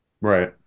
Right